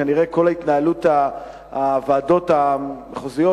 כנראה כל התנהלות הוועדות המחוזיות,